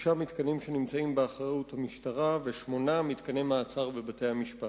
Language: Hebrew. שישה מתקנים שנמצאים באחריות המשטרה ושמונה מתקני מעצר בבתי-המשפט.